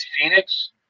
Phoenix